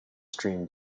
streamed